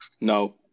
no